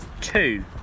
Two